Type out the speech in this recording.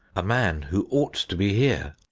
a man who ought to be here.